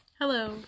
Hello